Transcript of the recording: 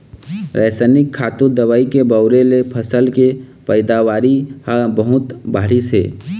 रसइनिक खातू, दवई के बउरे ले फसल के पइदावारी ह बहुत बाढ़िस हे